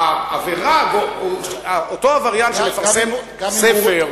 אותו עבריין שמפרסם ספר,